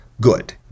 good